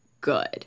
good